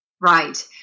Right